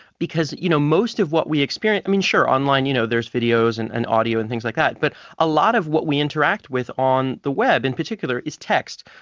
because you know most of what we experience sure, online you know there's videos and and audio and things like that but a lot of what we interact with on the web in particular is text.